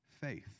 Faith